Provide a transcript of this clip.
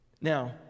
Now